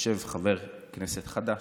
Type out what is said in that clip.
יושב חבר כנסת חדש,